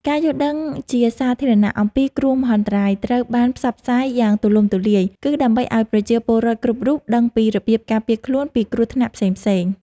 ការយល់ដឹងជាសាធារណៈអំពីគ្រោះមហន្តរាយត្រូវបានផ្សព្វផ្សាយយ៉ាងទូលំទូលាយ គឺដើម្បីឱ្យប្រជាពលរដ្ឋគ្រប់រូបដឹងពីរបៀបការពារខ្លួនពីគ្រោះថ្នាក់ផ្សេងៗ។